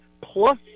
plus